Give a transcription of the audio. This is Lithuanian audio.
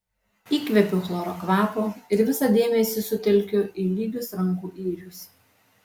įkvepiu chloro kvapo ir visą dėmesį sutelkiu į lygius rankų yrius